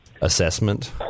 assessment